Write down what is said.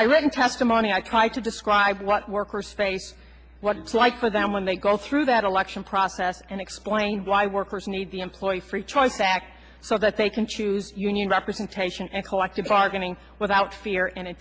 my written testimony i try to describe what work or state what it's like for them when they go through that election process and explain why workers need the employee free choice act so that they can choose union representation and collective bargaining without fear